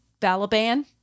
Balaban